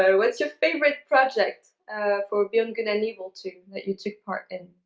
but what's your favorite project for beyond good and evil two that you took part in?